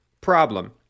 problem